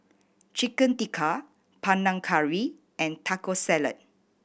Chicken Tikka Panang Curry and Taco Salad